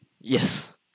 Yes